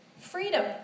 Freedom